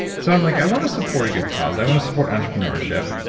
so and like i want to support a good cause. i want to support entrepreneurship.